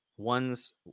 one's